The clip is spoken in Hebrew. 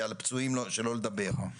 ושלא לדבר על פצועים.